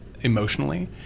emotionally